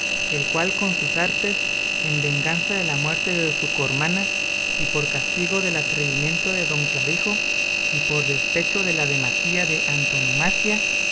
el cual con sus artes en venganza de la muerte de su cormana y por castigo del atrevimiento de don clavijo y por despecho de la demasía de antonomasia